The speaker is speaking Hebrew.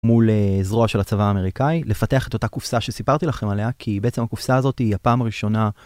מול זרוע של הצבא האמריקאי לפתח את אותה קופסה שסיפרתי לכם עליה כי בעצם הקופסה הזאת היא הפעם הראשונה